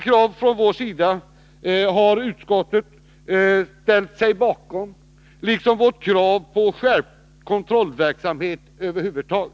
Utskottet har ställt sig bakom detta krav från vår sida, liksom vårt krav på skärpt kontrollverksamhet över huvud taget.